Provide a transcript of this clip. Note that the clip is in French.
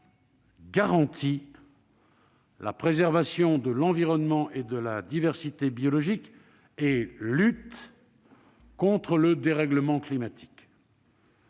garantit la préservation de l'environnement et de la diversité biologique et lutte contre le dérèglement climatique